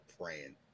praying